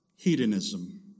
Hedonism